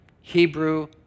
Hebrew